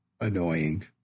annoying